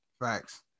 facts